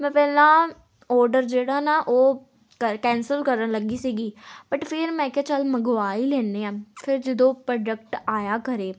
ਮੈਂ ਪਹਿਲਾਂ ਔਡਰ ਜਿਹੜਾ ਨਾ ਉਹ ਕਰ ਕੈਂਸਲ ਕਰਨ ਲੱਗੀ ਸੀਗੀ ਬਟ ਫਿਰ ਮੈਂ ਕਿਹਾ ਚੱਲ ਮੰਗਵਾ ਹੀ ਲੈਂਦੇ ਹਾਂ ਫਿਰ ਜਦੋਂ ਪ੍ਰੋਡਕਟ ਆਇਆ ਘਰ